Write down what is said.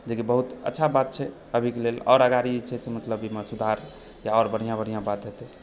जेकि बहुत अच्छा बात छै अभीके लेल आओर अगाड़ी जे छै से मतलब एहिमे सुधारमे आओर बढ़िआँ बढ़िआँ बात हेतै